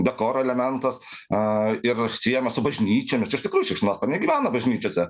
dekoro elementas a ir siejamas su bažnyčiomis iš tikrųjų šikšnosparniai gyvena bažnyčiose